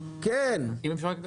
אם אפשר,